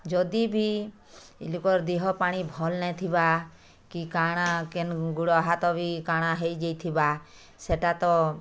ଯଦି ଭି ଲୁକର୍ ଦିହ ପାଣି ଭଲ୍ ନଥିବା କି କଣା କେନୁ ଗୁଡ଼ ହାତ ବି କାଣା ହେଇଯାଇଥିବା ସେଟା ତ